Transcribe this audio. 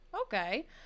okay